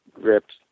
ripped